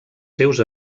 seus